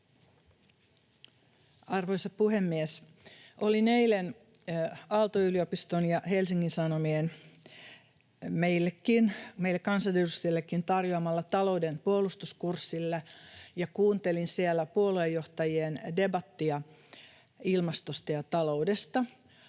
Arvoisa puhemies! Olin eilen Aalto-yliopiston ja Helsingin Sanomien meille kansanedustajillekin tarjoamalla Taloudenpuolustuskurssilla ja kuuntelin siellä puoluejohtajien debattia ilmastosta ja taloudesta.